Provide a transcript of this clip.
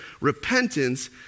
repentance